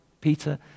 Peter